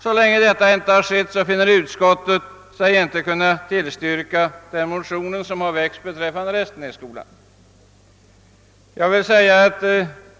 Så länge detta inte skett anser sig inte utskottet kunna tillstyrka den motion som väckts om anslag till Restenässkolan.